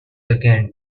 again